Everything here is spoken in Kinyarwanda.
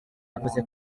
yavuze